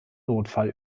notfall